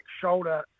shoulder